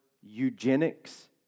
eugenics